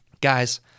Guys